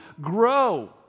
grow